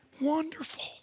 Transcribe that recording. Wonderful